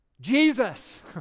Jesus